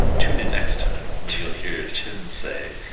tune in next time, when you'll hear tim say.